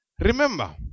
remember